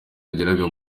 yageraga